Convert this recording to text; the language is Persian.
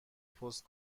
پست